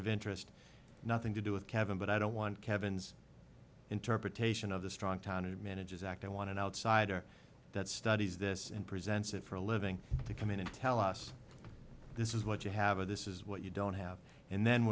of interest nothing to do with kevin but i don't want kevin's interpretation of the strong town advantages act i want an outsider that studies this and presents it for a living to come in and tell us this is what you have a this is what you don't have and then